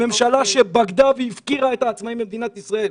הממשלה שבגדה והפקירה את העצמאיים במדינת ישראל.